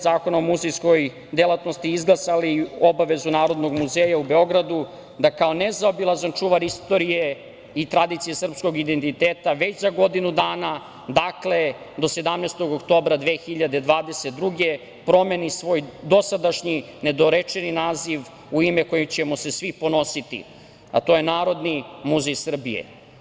Zakona o muzejskoj delatnosti izglasali obavezu Narodnog muzeja u Beogradu da kao nezaobilazan čuvar istorije i tradicije srpskog identiteta već za godinu dana, dakle, do 17. oktobra 2022. godine promeni svoj dosadašnji nedorečeni naziv u ime kojim ćemo se svi ponositi, a to je – Narodni muzej Srbije.